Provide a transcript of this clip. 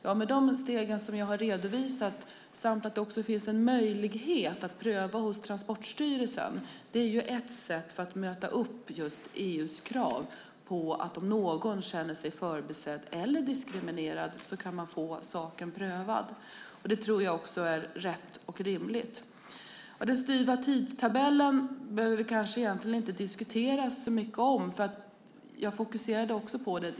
Ja, de steg som jag har redovisat och att det också finns en möjlighet att pröva hos Transportstyrelsen är sätt att möta EU:s krav på att om någon känner sig förbisedd eller diskriminerad kan man få saken prövad. Det tror jag är rätt och rimligt. Den styva tidtabellen behöver vi kanske inte diskutera så mycket.